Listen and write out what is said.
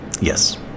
Yes